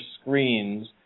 screens